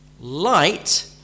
Light